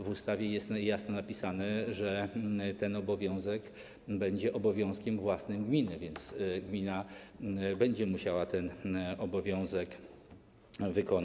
W ustawie jest jasno zapisane, że ten obowiązek będzie obowiązkiem własnym gminy, więc gmina będzie musiała go wykonać.